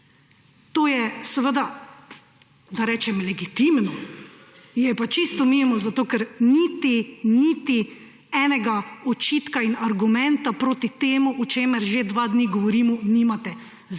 To je seveda, da rečem legitimno, je pa čisto mimo, zato ker niti enega očitka in argumenta proti temu, o čemer že dva dni govorimo, nimate.